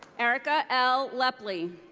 ericka l. lepley.